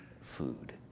food